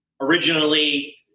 originally